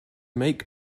make